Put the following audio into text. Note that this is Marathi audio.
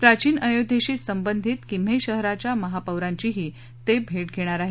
प्राचीन अयोध्येशी संबंधित किम्हे शहराच्या महापोरांचीही ते भेट घेणार आहेत